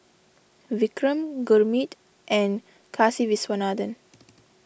Vikram Gurmeet and Kasiviswanathan